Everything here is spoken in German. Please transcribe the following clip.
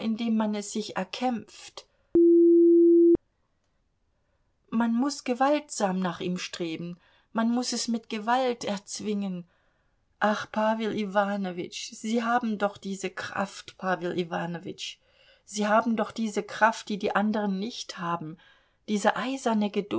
indem man es sich erkämpft man muß gewaltsam nach ihm streben man muß es mit gewalt erzwingen ach pawel iwanowitsch sie haben doch diese kraft pawel iwanowitsch sie haben doch diese kraft die die anderen nicht haben diese eiserne